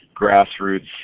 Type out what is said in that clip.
grassroots